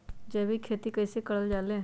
जैविक खेती कई से करल जाले?